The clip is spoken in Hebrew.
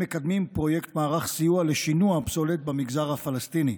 כן אנו מקדמים פרויקט מערך סיוע לשינוע פסולת במגזר הפלסטיני,